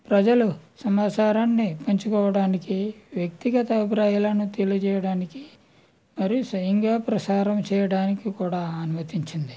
ప్రజలు సమాచారాన్ని పెంచుకోవడానికి వ్యక్తిగత అభిప్రాయాలను తెలియజేయడానికి మరియు స్వయంగా ప్రసారం చేయడానికి కూడా అనుమతించింది